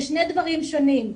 אלה שני דברים שונים.